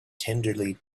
tenderly